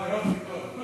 אה, יופי, באמת.